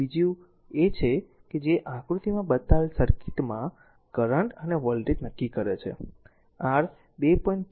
તેથી બીજો એ છે કે બીજો તે છે જે આકૃતિમાં બતાવેલ સર્કિટમાં કરંટ અને વોલ્ટેજ r નક્કી કરે છે આ R2